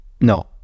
No